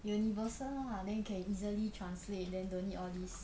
universal lah then you can easily translate then don't need all these